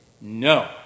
No